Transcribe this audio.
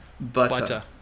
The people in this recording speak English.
Butter